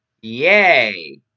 Yay